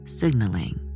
signaling